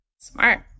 Smart